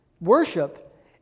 Worship